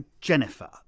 Jennifer